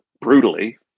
brutally